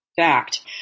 fact